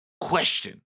question